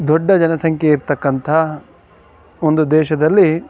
ದೊಡ್ಡ ಜನಸಂಖ್ಯೆ ಇರ್ತಕ್ಕಂಥ ಒಂದು ದೇಶದಲ್ಲಿ